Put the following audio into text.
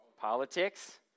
Politics